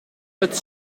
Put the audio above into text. het